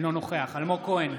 אינו נוכח אלמוג כהן,